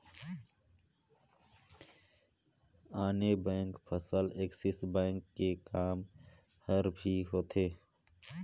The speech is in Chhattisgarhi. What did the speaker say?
आने बेंक फसल ऐक्सिस बेंक के काम हर भी होथे